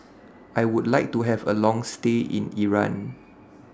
I Would like to Have A Long stay in Iran